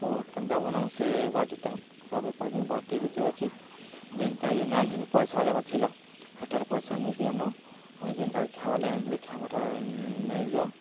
ତ କେନ୍ତା ବନା ମୁଁ ସେ ବାଟିଟା ତାବେରେ କରିନି ବାଟି ଯେତେ ଅଛି ଯେନ୍ତା ଇଏ ଆଣିଥିଲି ପଇସା ଦେବାର ଥିଲା ହେଠାରେ ପଇସା ନେଇ ଦିଆନ ଯେନ୍ତା ଖେବାର୍ ଲ ଆଣିଥିଲି ଖାଇବାଟା ନେଇଯଅ